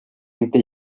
inte